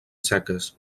seques